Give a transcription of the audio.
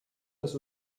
das